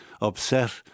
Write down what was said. upset